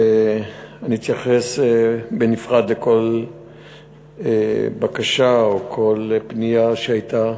ואני אתייחס בנפרד לכל בקשה או כל פנייה שהייתה.